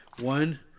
One